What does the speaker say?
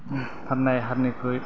फाननाय हारनिख्रुइ